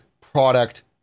product